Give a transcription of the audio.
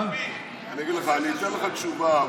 אני אתן לך תשובה,